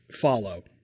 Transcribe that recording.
follow